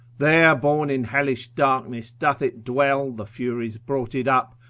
there born in hellish darkness doth it dwell, the furies brought it up,